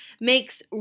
makes